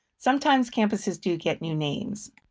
sometimes campuses do get new names.